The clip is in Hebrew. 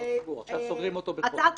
עכשיו סוגרים את זה בחוק --- הצעת